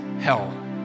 hell